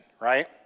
right